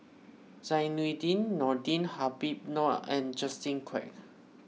Zainudin Nordin Habib Noh and Justin Quek